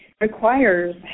requires